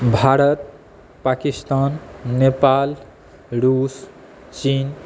भारत पाकिस्तान नेपाल रुस चीन